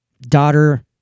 daughter